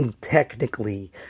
technically